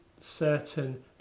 certain